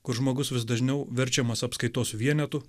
kur žmogus vis dažniau verčiamas apskaitos vienetu